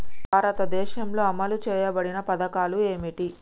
భారతదేశంలో అమలు చేయబడిన పథకాలు ఏమిటి?